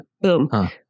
Boom